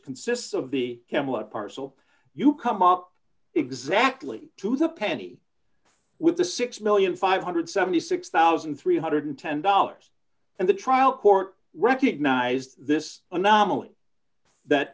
consists of the camelot parcel you come up exactly to the penny with the six million five hundred and seventy six thousand three hundred and ten dollars and the trial court recognized this anomaly that